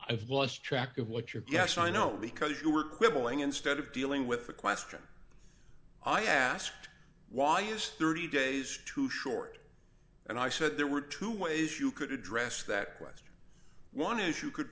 i've lost track of what your yes i know because you were quibbling instead of dealing with the question i asked why is thirty days too short and i said there were two ways you could address that question one is you could